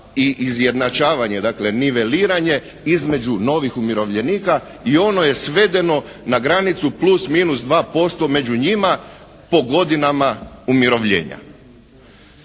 i izjednačavanje. Dakle niveliranje između novih umirovljenika i ono je svedeno na granicu plus minus 2% među njima po godinama umirovljenja.